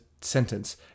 sentence